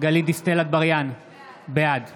גלית דיסטל אטבריאן, בעד